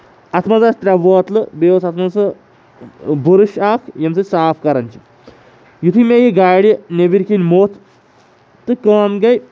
اَتھ منٛز آسہٕ ترٛےٚ بٲتلہٕ بیٚیہِ اوس اَتھ منٛز سُہ بُرُش اکھ ییٚمہِ سۭتۍ صاف کران چھِ یتھُے مےٚ یہِ گاڑِ نیبرۍ کِنۍ موتھ تہٕ کٲم گٔیہِ